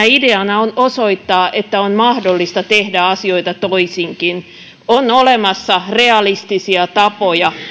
ideana on osoittaa että on mahdollista tehdä asioita toisinkin on olemassa realistisia tapoja